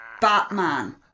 Batman